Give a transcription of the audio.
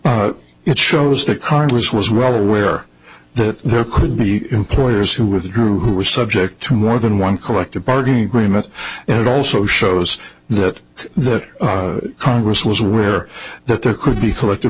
it shows that congress was well aware that there could be employers who were the group who were subject to more than one collective bargaining agreement and it also shows that that congress was aware that there could be collective